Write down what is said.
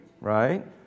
right